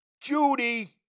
Judy